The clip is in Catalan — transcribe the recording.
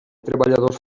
treballadors